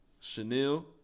Chanel